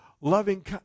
loving